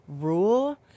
rule